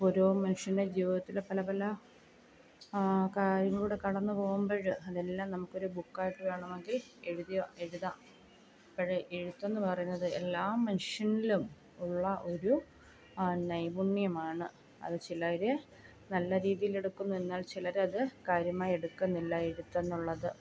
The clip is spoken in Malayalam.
ഓരോ മനുഷ്യൻ്റെ ജീവിതത്തിൽ പല പല കാര്യങ്ങളിലൂടെ കടന്നു പോകുമ്പോൾ അതെല്ലാം നമുക്ക് ഒരു ബുക്കായിട്ട് വേണമെങ്കിൽ എഴുതിയോ എഴുതാം അപ്പോൾ എഴുത്തെന്ന് പറയുന്നത് എല്ലാ മനുഷ്യനിലും ഉള്ള ഒരു നൈപുണ്യമാണ് അത് ചിലവർ നല്ല രീതിയിലെടുക്കും എന്നാൽ ചിലരത് കാര്യമായി എടുക്കുന്നില്ല എഴുത്തെന്നുള്ളത്